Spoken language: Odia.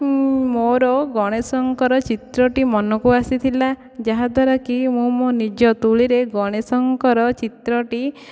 ମୁଁ ମୋର ଗଣେଶଙ୍କର ଚିତ୍ରଟି ମନକୁ ଆସିଥିଲା ଯାହାଦ୍ଵାରା କି ମୁଁ ମୋ ନିଜ ତୂଳିରେ ଗଣେଶଙ୍କର ଚିତ୍ରଟି